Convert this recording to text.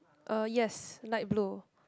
uh yes light blue